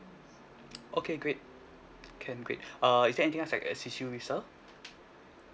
okay great can great uh is there anything else I can assist you with sir